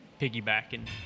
piggybacking